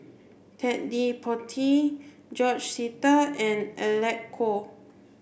Ted De Ponti George Sita and Alec Kuok